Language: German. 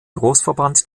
großverband